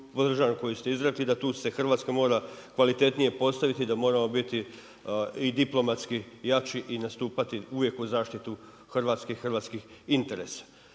koju ste izrekli, da tu se Hrvatska mora kvalitetnije postaviti i da moramo biti i diplomatski jači i nastupati uvijek uz zaštitu Hrvatske i hrvatskih interesa.